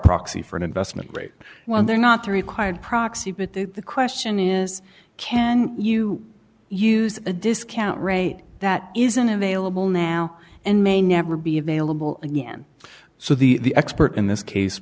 proxy for an investment rate when they're not required proxy but the question is can you use a discount rate that isn't available now and may never be available again so the expert in this case